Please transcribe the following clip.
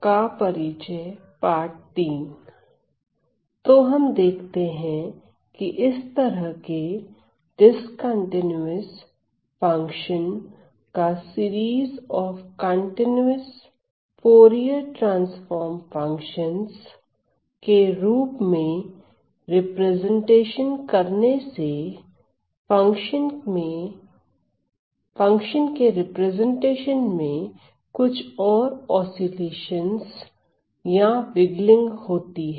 तो हम देखते हैं कि इस तरह के डिस्कंटीन्यूअस फंक्शन का series of continuous Fourier transform functions के रूप में रिप्रेजेंटेशन से फंक्शन के रिप्रेजेंटेशन में कुछ और ऑस्सिलेशन्स या विग्गलिंग होती है